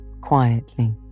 quietly